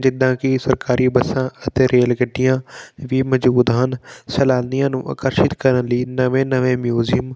ਜਿੱਦਾਂ ਕਿ ਸਰਕਾਰੀ ਬੱਸਾਂ ਅਤੇ ਰੇਲ ਗੱਡੀਆਂ ਵੀ ਮੌਜੂਦ ਹਨ ਸੈਲਾਨੀਆਂ ਨੂੰ ਆਕਰਸ਼ਿਤ ਕਰਨ ਲਈ ਨਵੇਂ ਨਵੇਂ ਮਿਊਜ਼ੀਅਮ